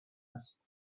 است